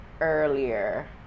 earlier